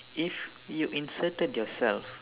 if you inserted yourself